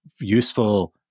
useful